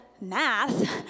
math